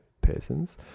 persons